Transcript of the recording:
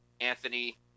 Anthony